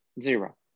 Zero